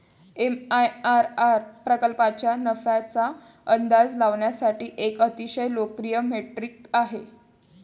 MIRR प्रकल्पाच्या नफ्याचा अंदाज लावण्यासाठी एक अतिशय लोकप्रिय मेट्रिक आहे